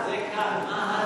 זה אחד.